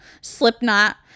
Slipknot